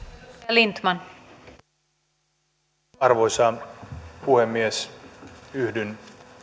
arvoisa puhemies yhdyn